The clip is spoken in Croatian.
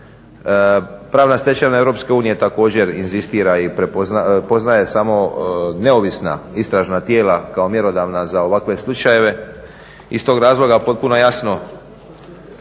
Pravna stečevina EU također inzistira i prepoznaje, poznaje samo neovisna istražna tijela kao mjerodavna za ovakve slučajeve. Iz tog razloga potpuno jasno